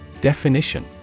Definition